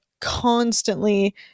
constantly